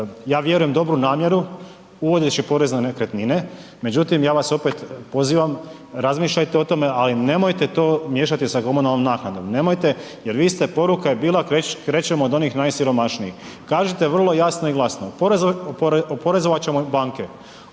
ja vjerujem dobru namjeru uvodeći porez na nekretnine, međutim ja vas opet pozivam, razmišljajte o tome, ali nemojte to miješati sa komunalnom naknadom, nemojte jer vi ste, poruka je bila krećemo od onih najsiromašnijih, kažite vrlo jasno i glasno, oporezovat ćemo banke,